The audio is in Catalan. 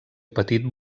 petit